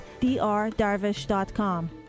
drdarvish.com